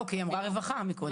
לא, כי היא אמרה רווחה קודם.